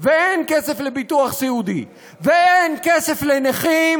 ואין כסף לביטוח סיעודי ואין כסף לנכים,